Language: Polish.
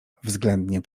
względnie